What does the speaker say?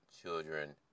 children